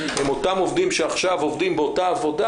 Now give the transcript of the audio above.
הם אותם עובדים שעכשיו עובדים באותה עבודה